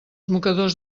mocadors